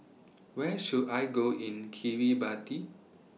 Where should I Go in Kiribati